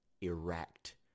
erect